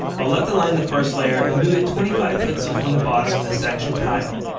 i'll left align the first layer and move it twenty five pixels from the bottom of the section title.